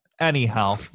anyhow